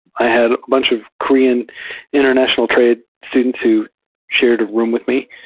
i had a bunch of korean international trade students who shared a room with me,